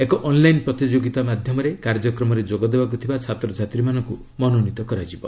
ଏକ ଅନ୍ଲାଇନ୍ ପ୍ରତିଯୋଗୀତା ମାଧ୍ୟମରେ କାର୍ଯ୍ୟକ୍ରମରେ ଯୋଗଦେବାକୁ ଥିବା ଛାତ୍ରଛାତ୍ରୀ ମାନଙ୍କୁ ମନୋନୀତ କରାଯିବ